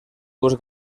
dues